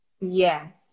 Yes